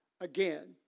again